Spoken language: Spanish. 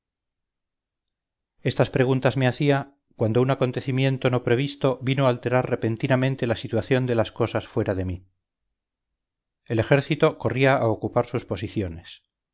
estas preguntas me hacía cuando un acontecimiento no previsto vino a alterar repentinamente la situación de las cosas fuera de mí el ejército corría a ocupar sus posiciones